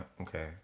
okay